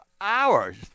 hours